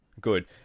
Good